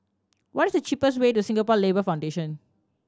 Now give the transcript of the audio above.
what is the cheapest way to Singapore Labour Foundation